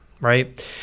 right